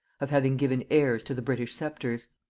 of having given heirs to the british sceptres.